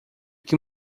que